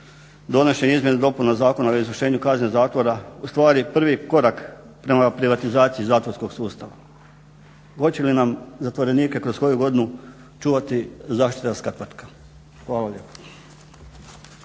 donošenje izmjena i dopuna Zakona o izvršenju kazne zatvora ustvari prvi korak prema privatizaciji zatvorskog sustava. Hoće li nam zatvorenike kroz koju godinu čuvati zaštitarska tvrtka? Hvala lijepo.